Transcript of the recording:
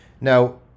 Now